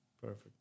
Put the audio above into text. Perfect